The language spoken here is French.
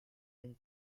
hong